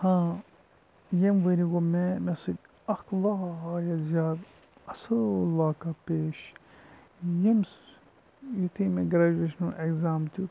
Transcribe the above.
ہاں یمہِ ؤری گوٚو مےٚ مےٚ ستۭۍ اَکھ واریاہ زیادٕ اَصٕل واقعہ پیش ییٚمِس یُتھُے مےٚ گرٛیجویشَنُک ایٚکزام دیُت